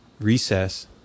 recess